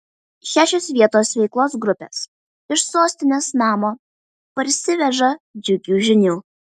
šešios vietos veiklos grupės iš sostinės namo parsiveža džiugių žinių